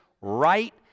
right